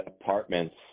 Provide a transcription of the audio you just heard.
apartments